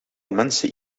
mensen